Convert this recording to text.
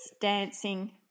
dancing